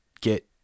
get